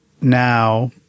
now